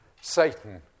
Satan